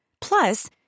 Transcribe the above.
Plus